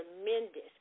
tremendous